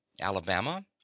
Alabama